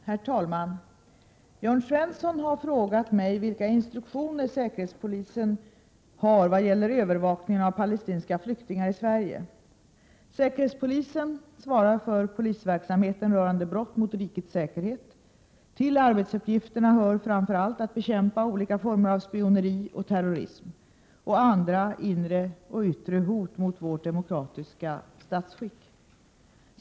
Herr talman! Jörn Svensson har frågat mig vilka instruktioner säkerhetspolisen har vad gäller övervakningen av palestinska flyktingar i Sverige. Säkerhetspolisen svarar för polisverksamheten rörande brott mot rikets säkerhet. Till arbetsuppgifterna hör framför allt att bekämpa olika former av spioneri och terrorism och andra inre och yttre hot mot vårt demokratiska statsskick.